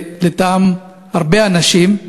ולטעמם של הרבה אנשים,